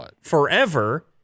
forever